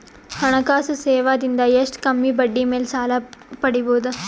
ಹಣಕಾಸು ಸೇವಾ ದಿಂದ ಎಷ್ಟ ಕಮ್ಮಿಬಡ್ಡಿ ಮೇಲ್ ಸಾಲ ಪಡಿಬೋದ?